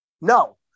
No